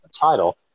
title